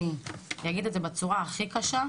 אני אגיד את זה בצורה הכי קשה,